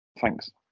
thanks